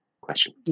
question